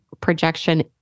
projection